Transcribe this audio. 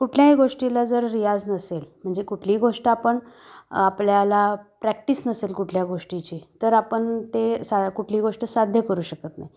कुठल्याही गोष्टीला जर रियाज नसेल म्हणजे कुठलीही गोष्ट आपण आपल्याला प्रॅक्टिस नसेल कुठल्या गोष्टीची तर आपण ते सा कुठली गोष्ट साध्य करू शकतो